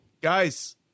Guys